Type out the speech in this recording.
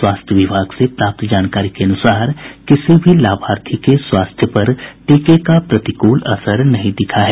स्वास्थ्य विभाग से प्राप्त जानकारी के अनुसार किसी भी लाभार्थी के स्वास्थ्य पर टीके का प्रतिकूल असर नहीं दिखा है